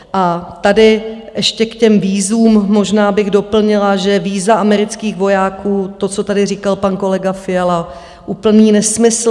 A tady ještě k těm vízům možná bych doplnila, že víza amerických vojáků, to, co tady říkal pan kolega Fiala, je úplný nesmysl.